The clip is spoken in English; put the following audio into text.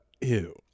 Ew